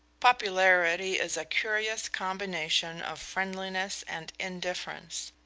popularity is a curious combination of friendliness and indifference,